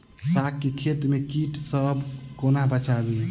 साग केँ खेत केँ कीट सऽ कोना बचाबी?